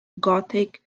gothic